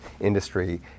industry